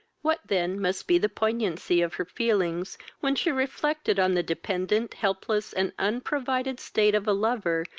what then must be the poignancy of her feelings, when she reflected on the dependent, helpless, and unprovided state of a lover,